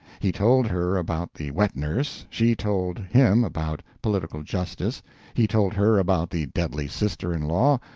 he told her about the wet-nurse, she told him about political justice he told her about the deadly sister-in-law,